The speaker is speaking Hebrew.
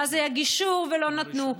ואז היה גישור ולא נתנו,